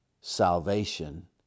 salvation